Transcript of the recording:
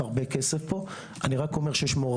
אנו מנסים לדבר